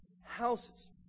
houses